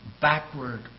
backward